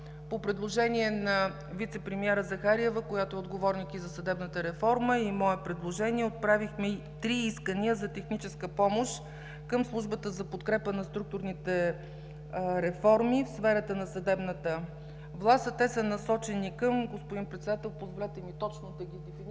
по предложение на вицепремиера Захариева, която е отговорник и за съдебната реформа, и мое предложение, отправихме и три искания за техническа помощ към Службата за подкрепа на структурните реформи в сферата на съдебната власт, а те са насочени към … Господин Председател, позволете ми точно да ги дефинирам,